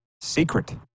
secret